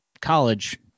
college